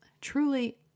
truly